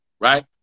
Right